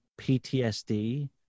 PTSD